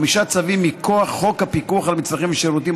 חמישה צווים מכוח חוק הפיקוח על מצרכים ושירותים,